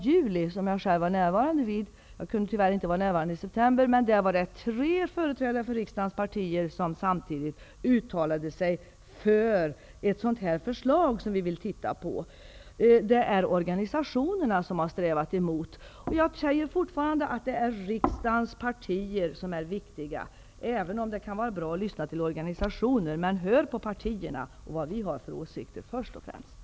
juli, som jag var närvarande vid -- jag kunde tyvärr inte närvara vid sammanträdet den 1 september --, var det tre företrädare för riksdagens partier som uttalade sig för ett förslag av den här typen. Det är organisationerna som har strävat emot. Jag vidhåller att det är riksdagens partier som är de viktiga, även om det kan vara bra att lyssna till organisationer. Men först och främst: Hör på vad vi i de olika partierna har för åsikter!